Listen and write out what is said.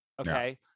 okay